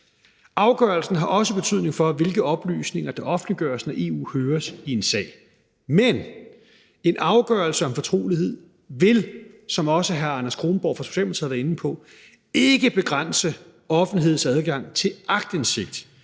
Afgørelsen har også betydning for, hvilke oplysninger der offentliggøres, når EU høres i en sag. Men en afgørelse om fortrolighed vil, som også hr. Anders Kronborg for Socialdemokratiet var inde på, ikke begrænse offentlighedens adgang til aktindsigt